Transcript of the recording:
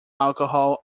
alcohol